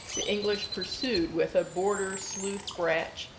the english pursued with a border sleuth-bratch,